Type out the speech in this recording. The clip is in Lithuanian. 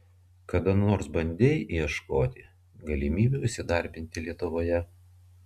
kada nors bandei ieškoti galimybių įsidarbinti lietuvoje